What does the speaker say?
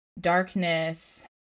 darkness